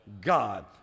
God